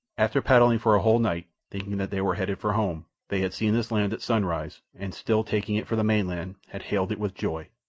after paddling for a whole night, thinking that they were headed for home, they had seen this land at sunrise, and, still taking it for the mainland, had hailed it with joy,